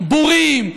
בורים,